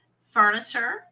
furniture